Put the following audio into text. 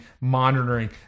monitoring